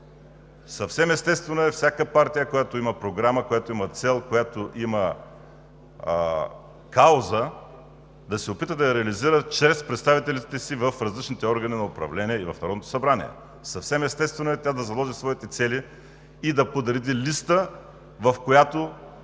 Съвсем естествено е всяка партия, която има програма, която има цел, която има кауза, да се опита да я реализира чрез представителите си в различните органи на управление и в Народното събрание, да заложи своите цели и да подреди листа, в която